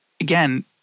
again